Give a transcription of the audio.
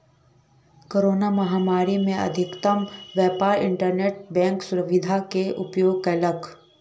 corona महामारी में अधिकतम व्यापार इंटरनेट बैंक सुविधा के उपयोग कयलक